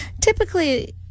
Typically